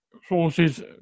forces